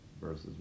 versus